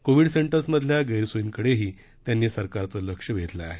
Covid सेंटर्समथल्या गैरसोयींकडेही त्यांनी सरकारचं लक्ष वेधलं आहे